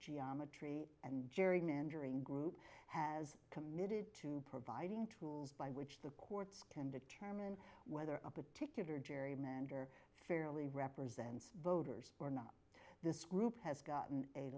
geometry and gerrymandering group has committed to providing tools by which the courts can determine and whether a particular gerrymander fairly represents voters or not this group has gotten a